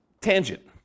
tangent